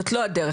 זאת לא הדרך.